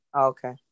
Okay